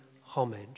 homage